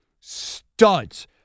Studs